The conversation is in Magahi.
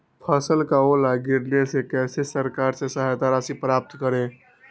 फसल का ओला गिरने से कैसे सरकार से सहायता राशि प्राप्त करें?